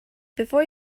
before